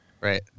Right